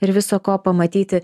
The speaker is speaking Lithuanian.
ir viso ko pamatyti